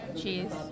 cheese